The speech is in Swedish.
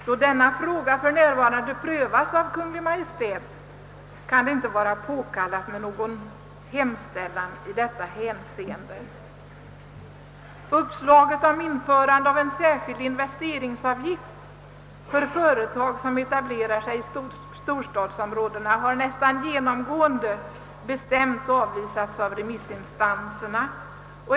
Då denna fråga för närvarande prövas av Kungl. Maj:t kan det inte vara påkallat med någon hemställan i detta hänseende, Uppslaget om införande av en särskild investeringsavgift för företag som etablerar sig i storstadsområdena har nästan genomgående bestämt avvisats av remissinstanserna.